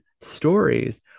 stories